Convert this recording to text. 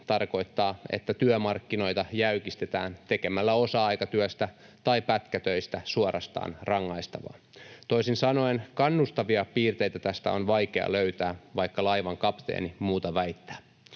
tarkoittaa, että työmarkkinoita jäykistetään tekemällä osa-aikatyöstä tai pätkätöistä suorastaan rangaistavaa. Toisin sanoen kannustavia piirteitä tästä on vaikea löytää, vaikka laivan kapteeni muuta väittää.